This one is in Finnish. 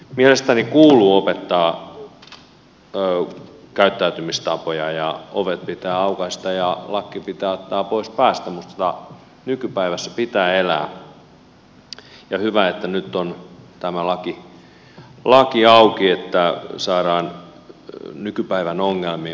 mielestäni kuuluu opettaa käyttäytymistapoja ja ovet pitää aukaista ja lakki pitää ottaa pois päästä mutta nykypäivässä pitää elää ja hyvä että nyt on tämä laki auki että saadaan nykypäivän ongelmiin vastattua